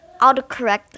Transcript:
autocorrect